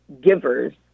givers